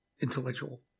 intellectual